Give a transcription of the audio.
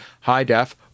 high-def